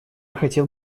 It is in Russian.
хотел